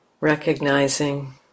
recognizing